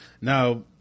Now